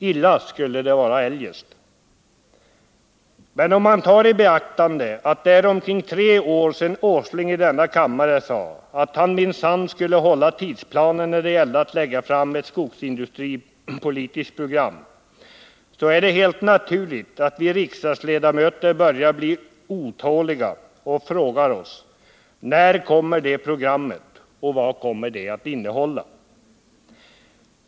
Illa skulle det vara eljest. Men om man tar i beaktande att det är omkring tre år sedan Nils Åsling i denna kammare sade att han minsann skulle hålla tidsplanen när det gällde att lägga fram ett skogsindustripolitiskt program, så är det helt naturligt att vi riksdagsledamöter börjar bli otåliga och frågar oss när detta program kommer och vad det kommer att innehålla.